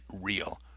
real